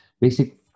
basic